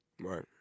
right